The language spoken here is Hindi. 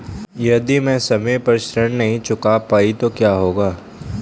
यदि मैं समय पर ऋण नहीं चुका पाई तो क्या होगा?